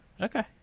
okay